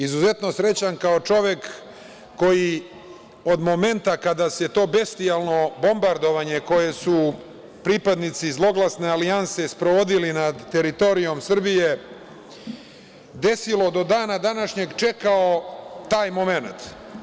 Izuzetno srećan kao čovek koji od momenta kada se to bestijalno bombardovanje koje su pripadnici zloglasne alijanse sprovodili nad teritorijom Srbije desilo, do dana današnjeg čekao taj momenat.